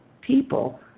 people